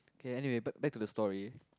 okay anyway back back to the story